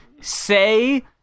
Say